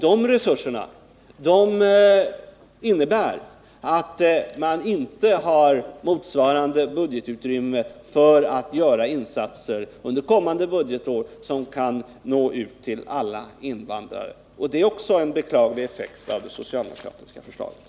De resurserna innebär att man inte har motsvarande budgetutrymme för att göra insatser under kommande budgetår som kan nå ut till alla invandrare. Det är också en beklaglig effekt av det socialdemokratiska förslaget.